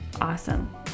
Awesome